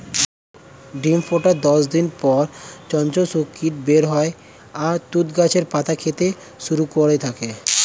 ডিম ফোটার দশ দিন পর চঞ্চল শূককীট বের হয় আর তুঁত গাছের পাতা খেতে শুরু করে থাকে